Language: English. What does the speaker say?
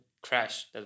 crash